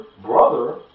brother